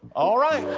all right.